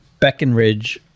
Beckenridge